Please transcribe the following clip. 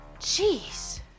Jeez